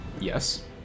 Yes